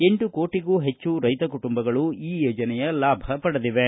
ಎಂಟು ಕೋಟಿಗೂ ಹೆಚ್ಚು ರೈತ ಕುಟುಂಬಗಳು ಈ ಯೋಜನೆಯ ಲಾಭ ಪಡೆದಿವೆ